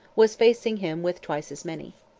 was facing him with twice as many.